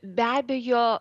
be abejo